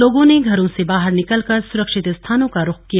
लोगों ने घरों से बाहर निकलकर सुरक्षित स्थानों का रुख किया